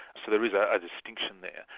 so there is a distinction there.